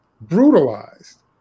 brutalized